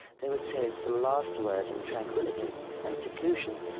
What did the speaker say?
they would say it's the last word in tranquility and seclusion.